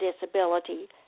disability